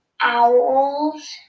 Owls